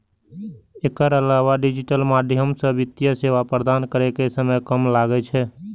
एकर अलावा डिजिटल माध्यम सं वित्तीय सेवा प्रदान करै मे समय कम लागै छै